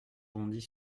bondit